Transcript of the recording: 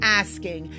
asking